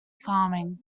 farming